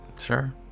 Sure